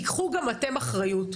תיקחו גם אתם אחריות,